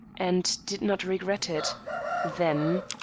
and did not regret it then.